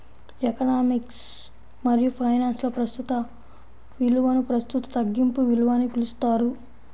economics మరియుఫైనాన్స్లో, ప్రస్తుత విలువనుప్రస్తుత తగ్గింపు విలువ అని పిలుస్తారు